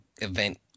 event